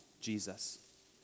Jesus